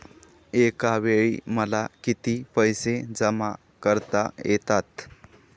एकावेळी मला किती पैसे जमा करता येतात?